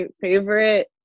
favorite